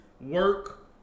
work